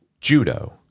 judo